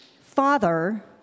Father